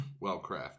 well-crafted